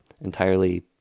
entirely